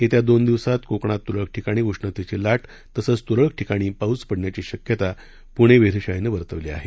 येत्या दोन दिवसात कोकणात तुरळक ठिकाणी उष्णतेची लाट तसंच तुरळक ठिकाणी पाऊस पडण्याची शक्यता पुणे वेशशाळेनं वर्तवली आहे